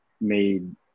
made